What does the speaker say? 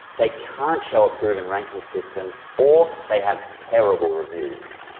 they can't show a proven ranking system. or, they have terrible reviews.